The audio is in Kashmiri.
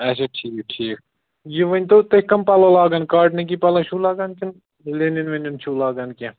اچھا ٹھیٖک ٹھیٖک یہِ ؤنۍتَو تُہۍ کٕم پَلَو لاگان کاٹنٕکی پَلو چھُو لاگَان کِنہٕ لِنیٚن ونیٚن چھُو لاگان کیٚنٛہہ